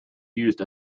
used